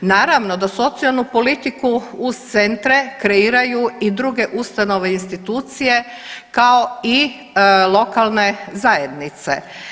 Naravno da socijalnu politiku uz centre kreiraju i druge ustanove i institucije, kao i lokalne zajednice.